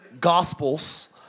Gospels